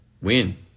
win